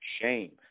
shame